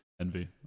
Envy